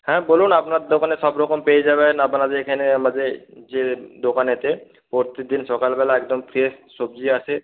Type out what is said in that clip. হ্যাঁ বলুন আপনার দোকানে সব রকম পেয়ে যাবেন আপনাদের এখানে আমাদের যে দোকানেতে প্রত্যেক দিন সকালবেলা একদম ফ্রেশ সবজি আসে